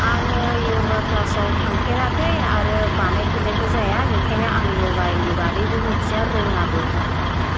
आङो यगा ख्लासाव थांफेराखै आरो बानायफेरनायबो जाया बेखायनो आं यगानि बादैबो मोनथिया रोङाबो